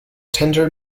tender